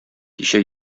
кичә